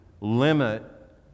limit